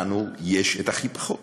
לנו יש הכי פחות.